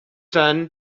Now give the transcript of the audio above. son